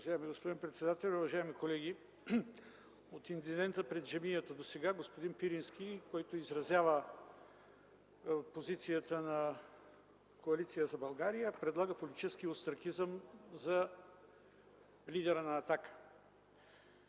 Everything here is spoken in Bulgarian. Уважаеми господин председател, уважаеми колеги! От инцидента пред джамията досега господин Пирински, който изразява позицията на Коалиция за България, предлага политически остракизъм за лидера на